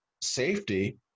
safety